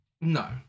no